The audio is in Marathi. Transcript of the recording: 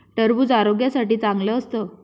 टरबूज आरोग्यासाठी चांगलं असतं